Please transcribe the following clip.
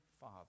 Father